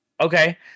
okay